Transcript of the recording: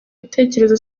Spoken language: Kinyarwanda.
ibitekerezo